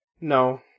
No